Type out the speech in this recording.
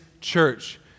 church